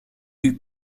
eut